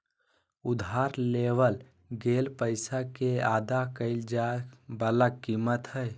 उधार लेवल गेल पैसा के अदा कइल जाय वला कीमत हइ